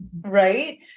right